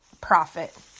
profit